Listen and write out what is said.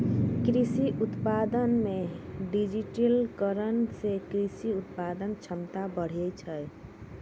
कृषि उत्पादन मे डिजिटिकरण से कृषि उत्पादन क्षमता बढ़ै छै